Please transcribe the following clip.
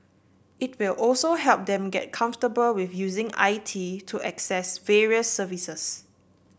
it will also help them get comfortable with using I T to access various services